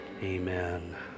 Amen